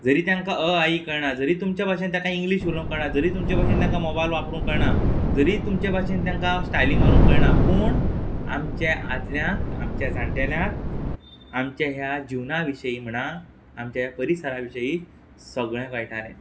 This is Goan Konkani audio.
जरी तांकां अ आ इ कळणा जरी तुमच्या भाशेन ताका इंग्लीश उलोवंक कळना जरी तुमचे भशेन तांकां मोबायल वापरूंक कळना जरी तुमचे भाशेन तांकां स्टायली मारूंक कळना पूण आमचे आदल्या आमचे जाण्टेल्यांक आमचे ह्या जिवना विशयी म्हणा आमच्या ह्या परिसरा विशयी सगळें कळटालें